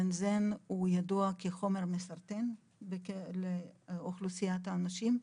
בנזן ידוע כחומר מסרטן לבני האדם.